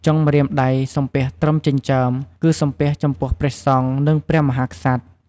ចុងម្រាមដៃសំពះត្រឹមចិញ្ចើម គឺសំពះចំពោះព្រះសង្ឃ និងព្រះមហាក្សត្រ។